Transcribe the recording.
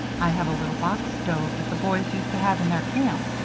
i have a little box stove that the boys used to have in their camp,